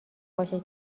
باشه